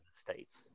States